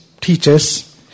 teachers